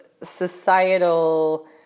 societal